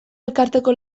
elkarteko